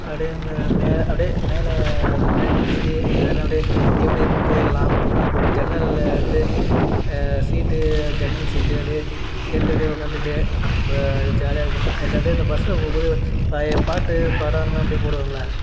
அப்படியே இந்த மேலே அப்படியே மேலே இதெல்லாம் அப்படியே எப்படி இருக்குதுன்னு கேட்கலாம் ஜன்னலில் வந்து சீட்டு ஜன்னல் சீட்டு அப்படியே கேட்டு அப்படியே உட்காந்துட்டு ஜாலியா இருக்கும் அதில் அப்படியே இந்த பஸ்ஸில் போகும் போது பழைய பாட்டு படமெலாம் அப்படியே போடுவாங்கல்ல